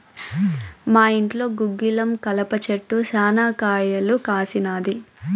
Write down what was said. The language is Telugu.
మా ఇంట్లో గుగ్గిలం కలప చెట్టు శనా కాయలు కాసినాది